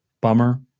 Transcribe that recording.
bummer